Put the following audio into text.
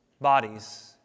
bodies